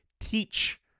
teach